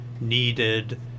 needed